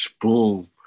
Boom